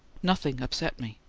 nothing upset me.